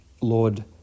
Lord